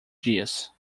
dias